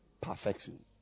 perfection